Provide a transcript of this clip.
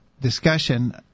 discussion